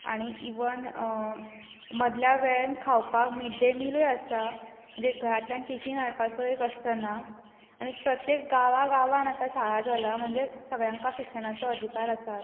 आनी इवन मदल्या वेळार खावपाक मिड डे मिलूय आसा म्हणजे घरांतल्यान टिफीन हाडपाचोय कश्ट ना आनी प्रत्येक गांवां गांवांत आतां शाळा जाला म्हणजे सगळ्यांक शिक्षणाचो अधिकार आसा